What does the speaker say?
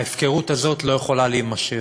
ההפקרות הזאת לא יכולה להימשך.